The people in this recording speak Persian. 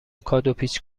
کادوپیچ